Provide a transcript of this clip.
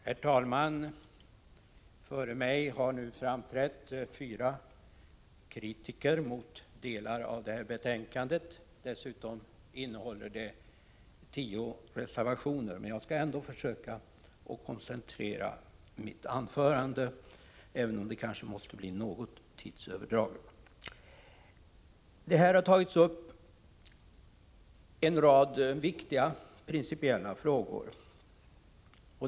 Herr talman! Före mig har nu framträtt fyra kritiker mot delar av det aktuella betänkandet. Dessutom innehåller betänkandet tio reservationer. Jag skall ändå försöka att koncentrera mitt anförande, även om det kanske måste att bli något tidsöverdrag. Det har här tagits upp en rad viktiga principiella frågor.